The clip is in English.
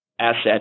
asset